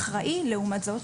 לעומת זאת,